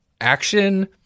action